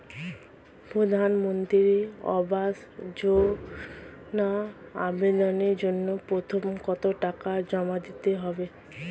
প্রধানমন্ত্রী আবাস যোজনায় আবেদনের জন্য প্রথমে কত টাকা জমা দিতে হবে?